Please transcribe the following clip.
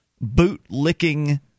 boot-licking